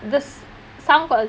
the sound qualit~